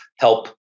Help